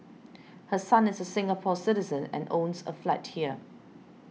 her son is a Singapore Citizen and owns a flat here